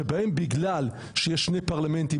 שבהן בגלל שיש שני פרלמנטים,